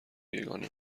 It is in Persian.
یگانه